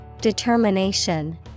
Determination